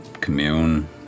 commune